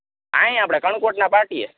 અહીંયા આપણે કણકોટના પાટીયે